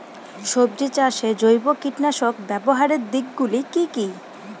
সবজি চাষে জৈব কীটনাশক ব্যাবহারের দিক গুলি কি কী?